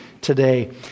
today